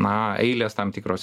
na eilės tam tikros